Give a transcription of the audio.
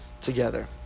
together